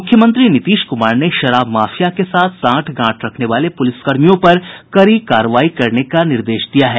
मुख्यमंत्री नीतीश कुमार ने शराब माफिया के साथ सांठगांठ रखने वाले पुलिस कर्मियों पर कड़ी कार्रवाई करने का निर्देश दिया है